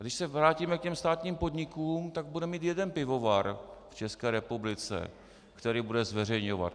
A když se vrátíme k těm státním podnikům, tak budeme mít jeden pivovar v České republice, který bude zveřejňovat.